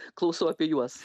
klausau apie juos